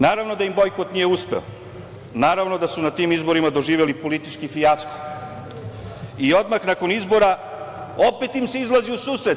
Naravno da im bojkot nije uspeo, naravno da su na tim izborima doživeli politički fijasko, i odmah nakon izbora opet im se izlazi u susret.